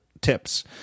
tips